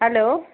hello